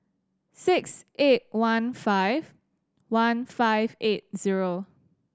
six eight one five one five eight zero